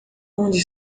onde